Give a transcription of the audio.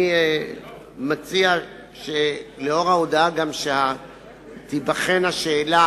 אני מציע, גם לאור ההודעה שתיבחן השאלה